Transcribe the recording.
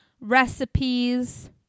recipes